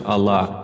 Allah